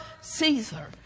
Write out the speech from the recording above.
Caesar